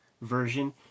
version